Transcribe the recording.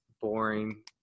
boring